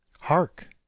Hark